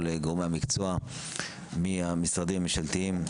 כל גורמי המקצוע מהמשרדים הממשלתיים.